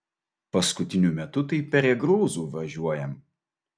paskutiniu metu tai peregrūzu važiuojam